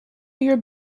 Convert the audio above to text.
your